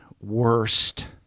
worst